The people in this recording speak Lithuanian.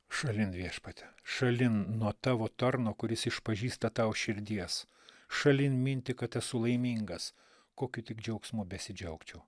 šalin viešpatie šalin nuo tavo tarno kuris išpažįsta tau širdies šalin mintį kad esu laimingas kokiu tik džiaugsmu besidžiaugčiau